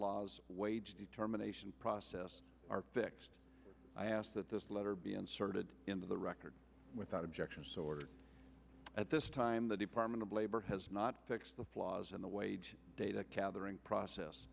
law's wage determination process are fixed i ask that this letter be inserted into the record without objection at this time the department of labor has not fixed the flaws in the wage data catherine process